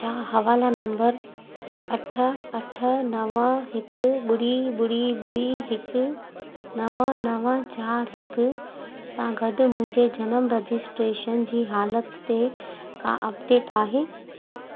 छा हवाला नम्बर अठ अठ नवं हिकु ॿुड़ी ॿुड़ी ॿुड़ी हिकु नवं नवं चार हिकु सां गॾु मुंहिंजे जनम रजिस्ट्रेशन जी हालति ते का अपडेट आहे